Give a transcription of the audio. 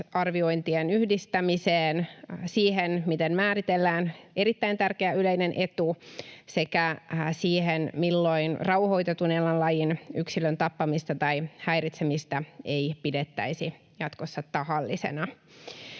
arviointien yhdistämiseen, siihen, miten määritellään erittäin tärkeä yleinen etu, sekä siihen, milloin rauhoitetun eläinlajin yksilön tappamista tai häiritsemistä ei pidettäisi jatkossa tahallisena.